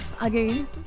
Again